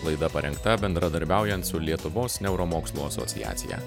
laida parengta bendradarbiaujant su lietuvos neuromokslų asociacija